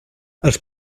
els